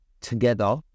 together